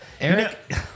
Eric